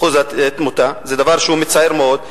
זה דבר מצער מאוד.